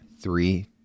Three